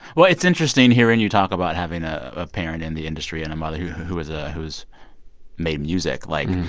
well, it's interesting hearing you talk about having ah a parent in the industry and a mother who was a who's made music. like,